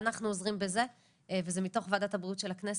ואנחנו עוזרים בזה וזה מתוך ועדת הבריאות של הכנסת.